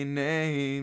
name